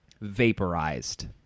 Vaporized